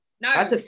No